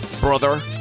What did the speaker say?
brother